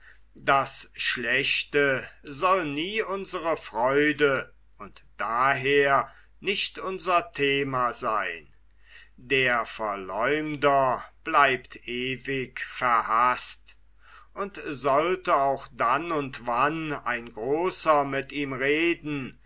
das schlechte soll nie unsre freude und daher nicht unser thema seyn der verläumder bleibt ewig verhaßt und sollte auch dann und wann ein großer mit ihm reden